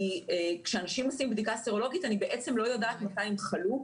כי כשאנשים עושים בדיקה סרולוגית אני בעצם לא יודעת מתי הם חלו,